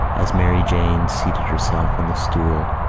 as mary jane seated herself on the stool,